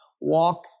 walk